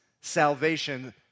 salvation